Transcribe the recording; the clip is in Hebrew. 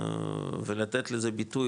ולתת לזה ביטוי,